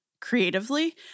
creatively